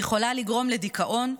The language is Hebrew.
היא יכולה לגרום לדיכאון,